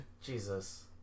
Jesus